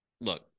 look